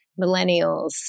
millennials